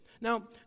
Now